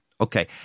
Okay